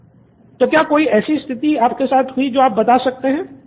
student 1 क्या कोई ऐसी स्थिति आपके साथ हुई है जो आप बता सकते हैं